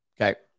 Okay